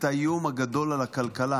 את האיום הגדול על הכלכלה.